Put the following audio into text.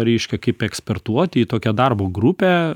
reiškia kaip eksportuoti į tokią darbo grupę